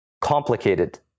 complicated